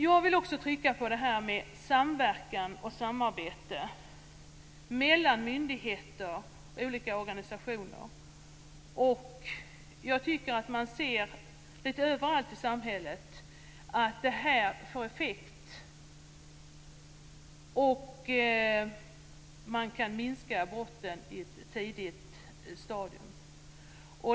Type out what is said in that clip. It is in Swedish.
Jag vill också trycka på detta med samverkan och samarbete mellan myndigheter och olika organisationer. Man ser lite överallt i samhället att samarbetet får effekt och att man kan minska brottsligheten på ett tidigt stadium.